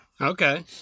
Okay